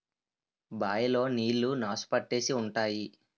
bye లో నీళ్లు నాసు పట్టేసి ఉంటాయి